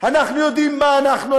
אנחנו יודעים מה אנחנו,